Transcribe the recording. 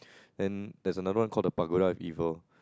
then there's another one called the Pagoda evil